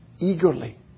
Eagerly